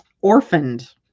Orphaned